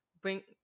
bring